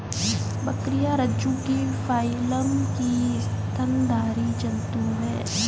बकरियाँ रज्जुकी फाइलम की स्तनधारी जन्तु है